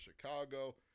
Chicago